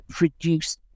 reduce